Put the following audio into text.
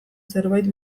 zerbait